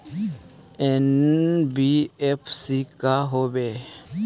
NBFC का होब?